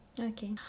okay